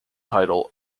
title